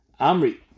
Amri